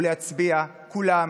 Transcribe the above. ולהצביע כולם,